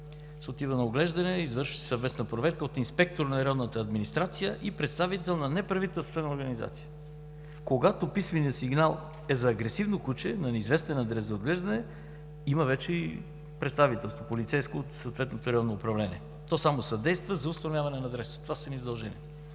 отива на оглеждане, извършва се съвместна проверка от инспектор на районната администрация и представител на неправителствена организация. Когато писменият сигнал е за агресивно куче на неизвестен адрес за отглеждане, има вече и полицейско представителство от съответното районно управление. То само съдейства за установяване на адреса. Това са ни задълженията.